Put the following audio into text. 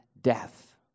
death